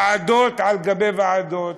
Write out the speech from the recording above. ועדות על גבי ועדות,